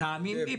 תאמין לי,